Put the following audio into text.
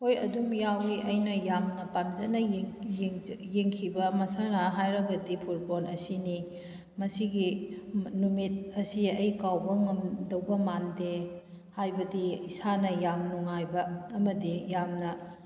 ꯍꯣꯏ ꯑꯗꯨꯝ ꯌꯥꯎꯏ ꯑꯩꯅ ꯌꯥꯝꯅ ꯄꯥꯝꯖꯅ ꯌꯦꯡꯈꯤꯕ ꯃꯁꯥꯟꯅ ꯍꯥꯏꯔꯒꯗꯤ ꯐꯨꯠꯕꯣꯜ ꯑꯁꯤꯅꯤ ꯃꯁꯤꯒꯤ ꯅꯨꯃꯤꯠ ꯑꯁꯤ ꯑꯩ ꯀꯥꯎꯕ ꯉꯝꯗꯧꯕ ꯃꯥꯟꯗꯦ ꯍꯥꯏꯕꯗꯤ ꯏꯁꯥꯅ ꯌꯥꯝꯅ ꯅꯨꯡꯉꯥꯏꯕ ꯑꯃꯗꯤ ꯌꯥꯝꯅ